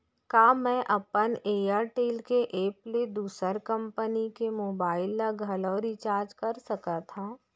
का मैं अपन एयरटेल के एप ले दूसर कंपनी के मोबाइल ला घलव रिचार्ज कर सकत हव?